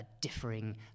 differing